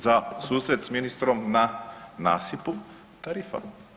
Za susret sa ministrom na nasipu tarifa.